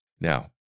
Now